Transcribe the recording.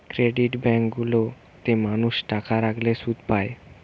credit bank গুলা তে মানুষ টাকা রাখলে শুধ পায়